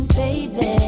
baby